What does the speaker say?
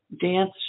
dance